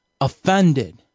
offended